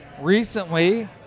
recently